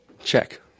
check